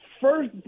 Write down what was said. first